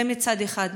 זה מצד אחד.